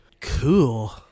Cool